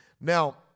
Now